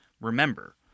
Remember